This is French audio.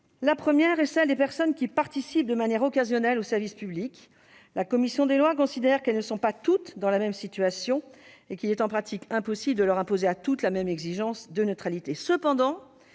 La première est celle des personnes qui participent de manière occasionnelle au service public. La commission des lois considère qu'elles ne sont pas toutes dans la même situation, et qu'il est en pratique impossible de leur imposer à toutes la même exigence de neutralité.